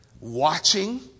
watching